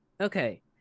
okay